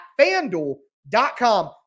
FanDuel.com